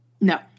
No